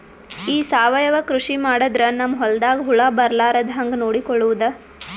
ಈ ಸಾವಯವ ಕೃಷಿ ಮಾಡದ್ರ ನಮ್ ಹೊಲ್ದಾಗ ಹುಳ ಬರಲಾರದ ಹಂಗ್ ನೋಡಿಕೊಳ್ಳುವುದ?